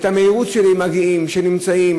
את המהירות שבה הם מגיעים,